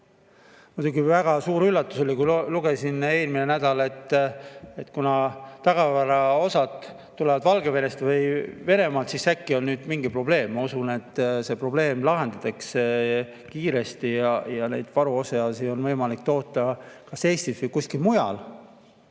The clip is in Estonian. oli väga suur üllatus, kui lugesin eelmisel nädalal, et kuna tagavaraosad tulevad Valgevenest või Venemaalt, siis äkki on nüüd mingi probleem. Ma usun, et see probleem lahendatakse kiiresti ja neid varuosi on võimalik toota kas Eestis või kuskil mujal.